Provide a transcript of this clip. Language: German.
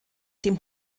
dem